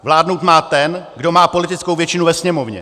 Vládnout má ten, kdo má politickou většinu ve Sněmovně.